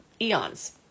eons